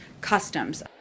customs